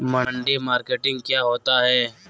मंडी मार्केटिंग क्या होता है?